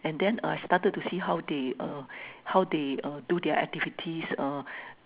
and then I started to see how they uh how they uh do their activities uh